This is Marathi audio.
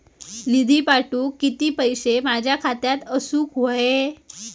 निधी पाठवुक किती पैशे माझ्या खात्यात असुक व्हाये?